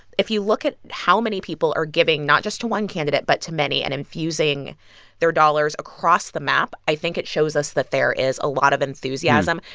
if you look at how many people are giving not just to one candidate but to many and infusing their dollars across the map, i think it shows us that there is a lot of enthusiasm.